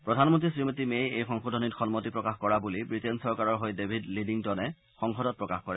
প্ৰধানমন্ত্ৰী শ্ৰীমতী মেই এই সংশোধনীত সন্মতি প্ৰকাশ কৰা বুলি ৱিটেইন চৰকাৰৰ হৈ ডেভিদ লিডিংটনে সংসদত প্ৰকাশ কৰে